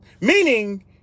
Meaning